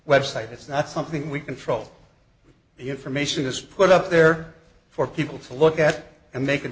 website it's not something we control the information is put up there for people to look at and mak